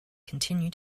continue